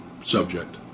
subject